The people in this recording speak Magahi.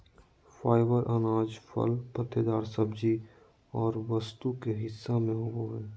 फाइबर अनाज, फल पत्तेदार सब्जी और वस्तु के हिस्सा में होबो हइ